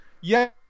Yes